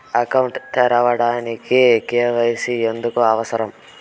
Account తెరవడానికి, KYC ఎందుకు అవసరం?